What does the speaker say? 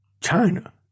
China